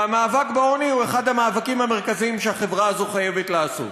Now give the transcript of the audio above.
והמאבק בעוני הוא אחד המאבקים המרכזיים שהחברה הזו חייבת לעשות.